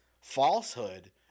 falsehood